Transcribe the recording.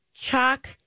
chalk